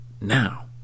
now